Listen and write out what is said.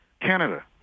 Canada